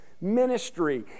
ministry